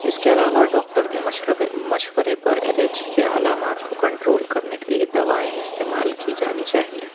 اس کے علاوہ ڈاکٹر کے مشورے مشورے پر الرجی کے علامات کو کنٹرول کرنے کے لیے دوائیں استعمال کی جانی چاہیے